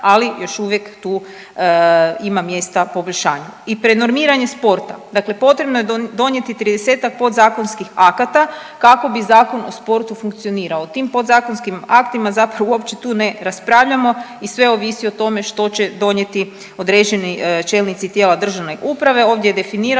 ali još uvijek tu ima mjesta poboljšanju. I prenormiranje sporta, dakle potrebno donijeti 30-ak podzakonskih akata kako bi Zakon o sportu funkcionirao. O tim podzakonskim aktima zapravo uopće tu ne raspravljamo i sve ovisi o tome što će donijeti određeni čelnici tijela državne uprave. Ovdje je definirano